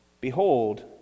Behold